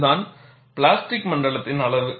அதுதான் பிளாஸ்டிக் மண்டலத்தின் அளவு